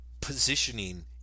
positioning